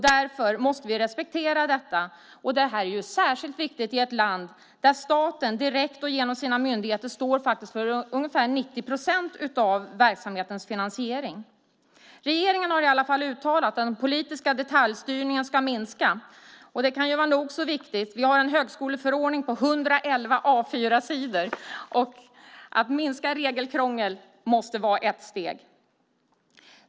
Därför måste vi respektera detta. Det är särskilt viktigt i ett land där staten direkt och genom sina myndigheter står för ungefär 90 procent av verksamhetens finansiering. Regeringen har i alla fall uttalat att den politiska detaljstyrningen ska minska. Det kan vara nog så viktigt - vi har en högskoleförordning på 111 A 4-sidor. Att minska regelkrångel måste vara ett steg.